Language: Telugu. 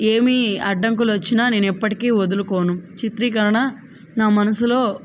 ఏమి అడ్డంకుల వచ్చిన నేను ఎప్పటికి వదులుకోను చిత్రీకరణ నా మనసులో